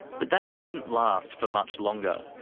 but that didn't last for much longer.